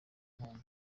muhango